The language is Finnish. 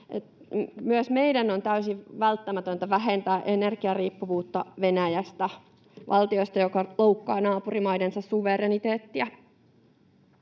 Myös meidän on täysin välttämätöntä vähentää energiariippuvuutta Venäjästä, valtiosta, joka loukkaa naapurimaidensa suvereniteettiä.